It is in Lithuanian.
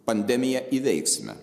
pandemiją įveiksime